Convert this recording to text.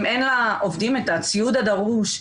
אם אין לעובדים את הציוד הדרוש,